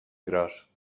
gros